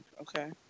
Okay